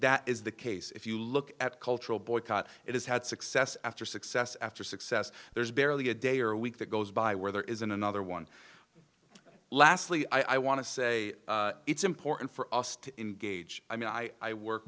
that is the case if you look at cultural boycott it has had success after success after success there's barely a day or week that goes by where there isn't another one lastly i want to say it's important for us to engage i mean i work